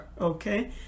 Okay